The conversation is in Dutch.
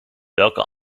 welke